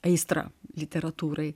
aistrą literatūrai